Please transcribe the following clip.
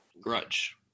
grudge